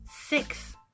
six